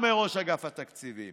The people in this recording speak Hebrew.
אומר ראש אגף התקציבים.